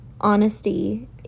Honesty